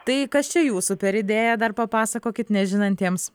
tai kas čia jūsų per idėja dar papasakokit nežinantiems